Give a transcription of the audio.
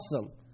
awesome